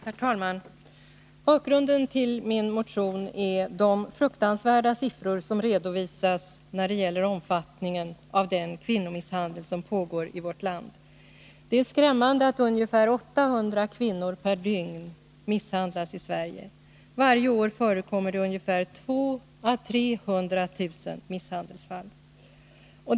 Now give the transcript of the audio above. Herr talman! Bakgrunden till vår motion är de fruktansvärda siffror som redovisas när det gäller omfattningen av den kvinnomisshandel som pågår i vårt land. Det är skrämmande att ungefär 800 kvinnor per dygn misshandlas i Sverige. Varje år förekommer det 200 000-300 000 misshandelsfall.